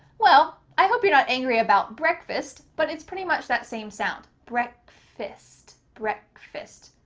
well, i hope you're not angry about breakfast, but it's pretty much that same sound, breakfast, breakfast.